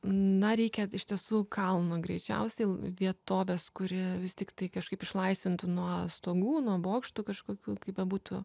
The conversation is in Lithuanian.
na reikia iš tiesų kalno greičiausiai vietovės kuri vis tiktai kažkaip išlaisvintų nuo stogų nuo bokštų kažkokių kaip bebūtų